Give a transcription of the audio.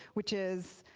which is